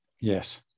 Yes